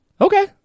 Okay